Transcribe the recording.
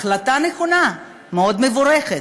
החלטה נכונה, מאוד מבורכת,